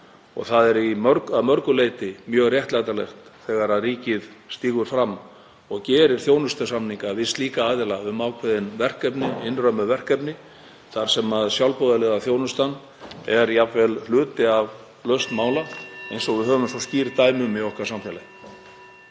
Það er mörgu leyti mjög réttlætanlegt þegar ríkið stígur fram og gerir þjónustusamninga við slíka aðila um ákveðin verkefni, innrömmuð verkefni, þar sem sjálfboðaliðaþjónustan er jafnvel hluti af lausn mála, (Forseti hringir.) eins og við höfum svo skýr dæmi um í okkar samfélagi.